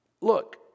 Look